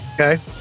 okay